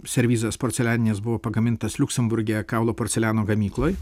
servizas porcelianinis buvo pagamintas liuksemburge kaulo porceliano gamykloj